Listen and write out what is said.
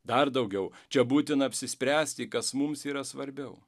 dar daugiau čia būtina apsispręsti kas mums yra svarbiau